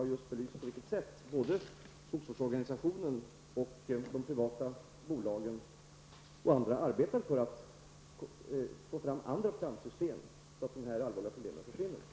Jag har just belyst på vilket sätt skogsvårdsorganisationen, de privata bolagen och andra arbetar för att få fram andra plantsystem så att dessa allvarliga problem skulle kunna försvinna.